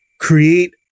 Create